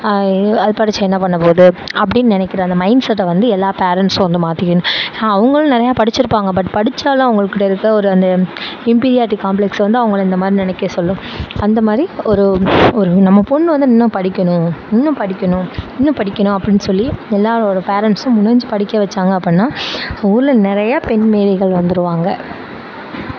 அது படிச்சு என்ன பண்ண போது அப்படின் நினைக்கிற அந்த மைண்ட் செட்டை வந்து எல்லா பேரன்ஸ்ஸும் வந்து மாற்றிக்கணும் அவங்களும் நிறையா படிச்சியிருப்பாங்க பட் படிச்சாலும் அவங்கள்கிட்ட இருக்க ஒரு அந்த இம்பிரியான்ட்டி காம்ப்ளெக்ஸ் வந்து அவங்கள இந்தமாதிரி நினைக்க சொல்லும் அந்தமாதிரி ஒரு ஒரு நம்ம பொண்ணு வந்து இன்னும் படிக்கணும் இன்னும் படிக்கணும் இன்னும் படிக்கணும் அப்படின் சொல்லி எல்லாரோட பேரன்ட்ஸும் முணிஞ்சி படிக்க வச்சாங்க அப்படின்னா ஊரில் நிறையா பெண் மேதைகள் வந்துருவாங்க